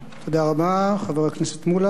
תודה רבה, חבר הכנסת מולה.